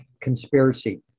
conspiracy